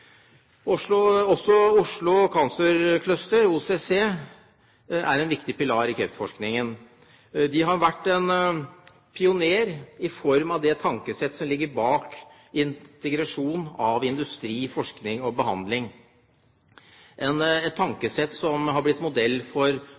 Oslo Cancer Cluster, OCC, er en viktig pilar i kreftforskningen. De har vært en pioner i form av det tankesett som ligger bak integrasjonen av industri, forskning og behandling, et tankesett som har blitt en